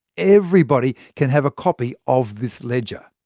everybody can have a copy of this ledger.